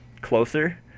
Closer